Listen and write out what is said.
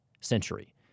century